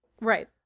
right